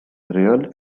real